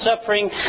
suffering